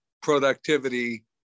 productivity